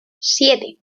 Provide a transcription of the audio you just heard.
siete